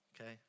okay